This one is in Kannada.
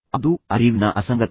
ಆದ್ದರಿಂದ ಅದು ಅರಿವಿನ ಅಸಂಗತತೆ